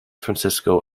francisco